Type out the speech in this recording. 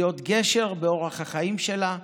להיות גשר באורח החיים שלה,